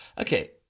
Okay